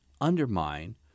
undermine